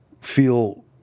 feel